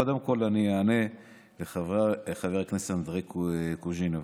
קודם כול אני אענה לחבר הכנסת אנדרי קוז'ינוב.